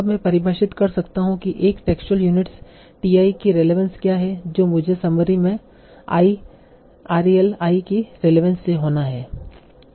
अब मैं परिभाषित कर सकता हूं कि एक टेक्सुअल यूनिट्स t i की रेलेवंस क्या है जो मुझे समरी में i rel i की रेलेवंस से होना है